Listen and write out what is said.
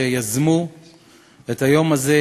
שיזמו את היום הזה,